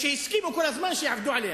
שהסכימו כל הזמן שיעבדו עליהם.